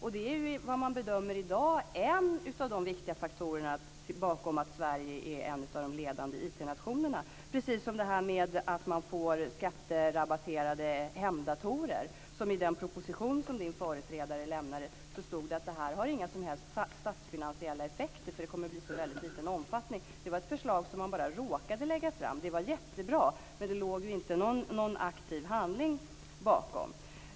I dag bedömer man att det är en viktig faktor bakom att Sverige är en av de ledande Det är samma sak med detta med skatterabatterade hemdatorer. I den proposition som Bosse Ringholms företrädare lämnade står det är detta inte har några som helst statsfinansiella effekter eftersom det kommer att bli så liten omfattning. Det var ett förslag som man bara råkade lägga fram. Det var jättebra, men det låg inte någon aktiv handling bakom.